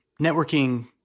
networking